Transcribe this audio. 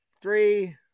three